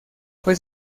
fue